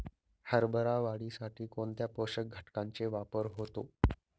हरभरा वाढीसाठी कोणत्या पोषक घटकांचे वापर होतो?